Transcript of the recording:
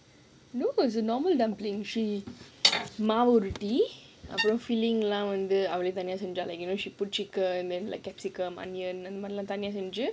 no it was a normal dumpling she மாவுருட்டி அப்புறம்:maavurutti appuram filling lah வந்து அவளே தனியா செஞ்சான்னு நினைக்கிறேன்:vandhu avale thaniyaa senjanu ninaikkraen she put chicken and then like capsicum onion அந்த மாதிரிலாம் தனியா செஞ்சி:andha maadhirilaam thaniyaa senji